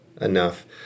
enough